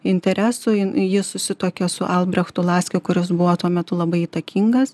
interesų jin ji susituokia su albrechtu laskiu kuris buvo tuo metu labai įtakingas